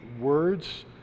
words